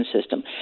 system